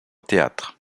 théâtre